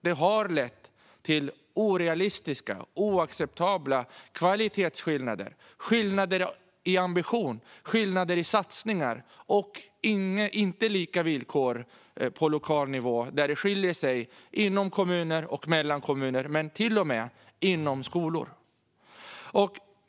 Det har lett till orealistiska och oacceptabla kvalitetsskillnader. Det har lett till skillnader i ambition och i satsningar, och det har lett till att det inte är lika villkor på lokal nivå. Det kan skilja sig inte bara mellan och inom kommuner utan till och med inom skolor.